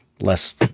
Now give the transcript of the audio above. less